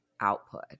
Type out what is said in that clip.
output